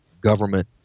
government